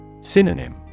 Synonym